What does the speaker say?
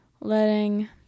letting